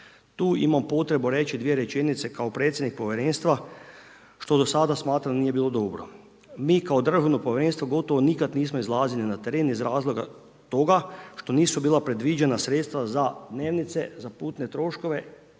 Tu imam potrebu reći dvije rečenice kao predsjednik povjerenstva što do sada smatram da nije bilo dobro. Mi kao državno povjerenstvo gotovo nikad nismo izlazili na teren iz razloga toga što nisu bila predviđena sredstva za dnevnice, za putne troškove,